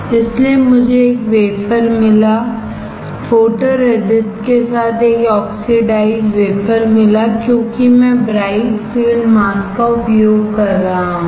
इसलिए मुझे एक वेफर मिला फोटोरेजिस्ट के साथ एक ऑक्सीडाइज वेफ़र क्योंकि मैं ब्राइट फ़ील्ड मास्क का उपयोग कर रहा हूं